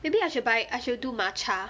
maybe I should buy I shall do matcha